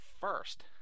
first